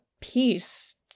Peace